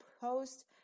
post